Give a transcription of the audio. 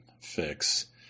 fix